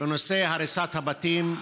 בנושא הריסת הבתים.